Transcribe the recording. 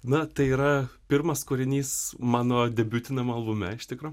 na tai yra pirmas kūrinys mano debiutiniam albume iš tikro